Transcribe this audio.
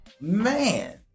Man